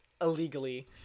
illegally